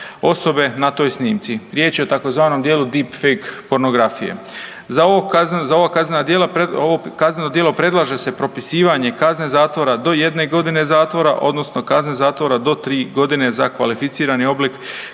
osobe na toj snimci. Riječ je o tzv. Deep fake pornografije, za ovo kazneno djelo predlaže se propisivanje kazne zatvora do jedne godine zatvora odnosno kazne zatvora do tri godine za kvalificirani oblik